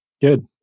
Good